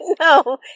No